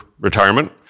retirement